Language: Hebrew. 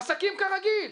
עסקים כרגיל.